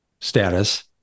status